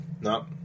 No